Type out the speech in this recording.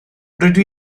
rydw